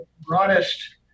broadest